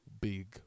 big